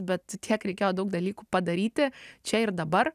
bet tiek reikėjo daug dalykų padaryti čia ir dabar